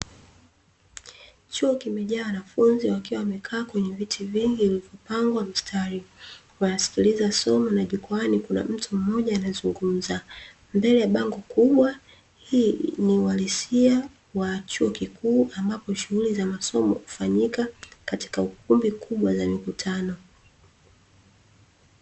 Chuo kimejaa wanafunzi wakiwa wamekaa kwenye viti vingi vilivyopangwa mstari, wanasikiliza somo na jukwaani kuna mtu mmoja anazungumza mbele bango kubwa. Hii ni uhalisia wa chuo kikuu ambapo shughuli za masomo hufanyika katika kumbi kubwa za mikutano.